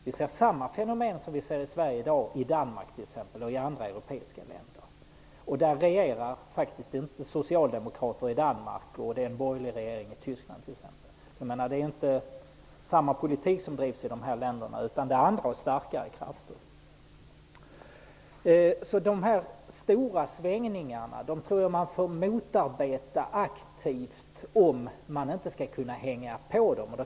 Vi kan i dag se samma fenomen i Danmark och andra europeiska länder som i Sverige. Det är faktiskt inte socialdemokrater som regerar i Danmark, och det är en borgerlig regering i Tyskland t.ex. Det handlar alltså inte om att det är samma politik som drivs i dessa länder utan det är fråga om andra och starkare krafter. De stora svängningarna tror jag måste motarbetas aktivt om man inte skall haka på dem.